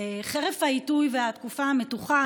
חרף העיתוי והתקופה המתוחה,